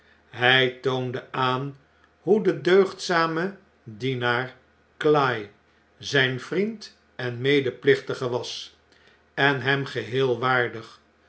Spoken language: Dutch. hg toonde aan hoe de deugdzame dienaar cly zijn vriend en medeplicntige was en hem gehe'el waardig